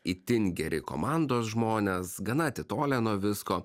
itin geri komandos žmonės gana atitolę nuo visko